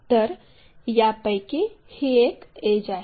तर यापैकी ही एक एड्ज आहे